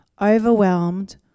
overwhelmed